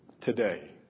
today